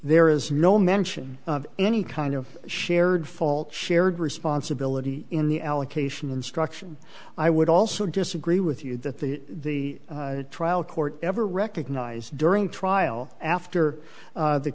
there is no mention of any kind of shared fault shared responsibility in the allocation instruction i would also disagree with you that the trial court ever recognized during trial after